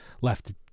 left